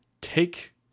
take